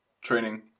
training